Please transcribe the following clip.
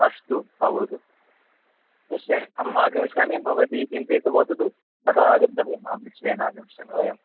अस्तु भवतु निश्चयेन अहम् आगमिष्यामि भवती चिन्तयतु वदतु यदा आगन्तव्यम् अहं निश्चयेन आगमिष्यामि वयं